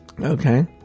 okay